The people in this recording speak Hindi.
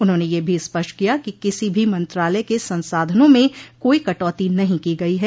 उन्होंने यह भी स्पष्ट किया कि किसी भी मंत्रालय के संसाधनों में कोई कटौती नहीं की गई है